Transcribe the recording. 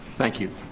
thank you.